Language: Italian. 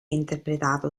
interpretato